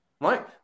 Right